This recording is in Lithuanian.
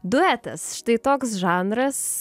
duetas štai toks žanras